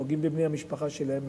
הם פוגעים בבני-המשפחה שלהם,